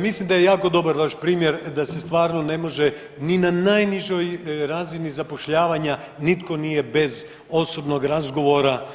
Mislim da je jako dobar vaš primjer da se stvarno ne može ni na najnižoj razini zapošljavanja nitko nije bez osobnog razgovora